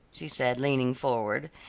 she said, leaning forward,